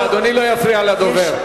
אדוני לא יפריע לדובר.